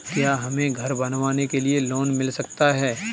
क्या हमें घर बनवाने के लिए लोन मिल सकता है?